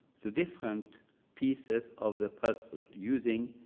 the different pieces of the puzzle using